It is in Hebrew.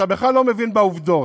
אתה בכלל לא מבין בעובדות.